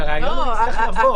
לראיון הוא יצטרך לבוא,